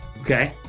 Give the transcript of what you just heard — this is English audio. Okay